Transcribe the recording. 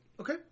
Okay